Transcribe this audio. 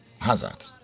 hazard